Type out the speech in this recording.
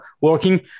working